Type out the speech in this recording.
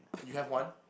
you have one